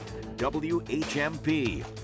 WHMP